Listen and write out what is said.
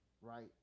right